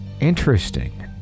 Interesting